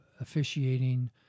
officiating